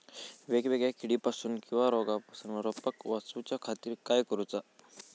वेगवेगल्या किडीपासून किवा रोगापासून रोपाक वाचउच्या खातीर काय करूचा?